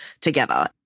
together